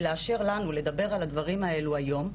ולאשר לנו לדבר על הדברים האלו היום,